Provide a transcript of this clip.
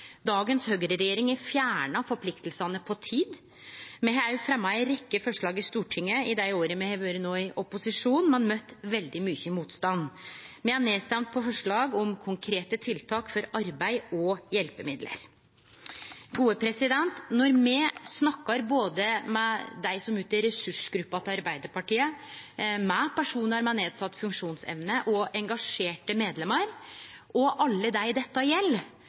Dagens høgreregjering har fjerna forpliktingane på tid. Me har òg fremja ei rekkje forslag i Stortinget i dei åra me no har vore i opposisjon, men har møtt veldig mykje motstand. Me har m.a. blitt stemde ned i forslag om konkrete tiltak for arbeid og hjelpemiddel. Når me snakkar både med dei som utgjer ressursgruppa til Arbeidarpartiet, med personar med nedsett funksjonsevne og engasjerte medlemer, og med alle dei dette gjeld,